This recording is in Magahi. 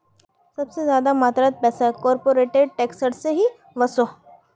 सबसे ज्यादा मात्रात पैसा कॉर्पोरेट सेक्टर से ही वोसोह